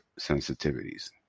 sensitivities